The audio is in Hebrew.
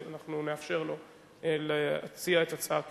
אז אנחנו נאפשר לו להציע את הצעתו: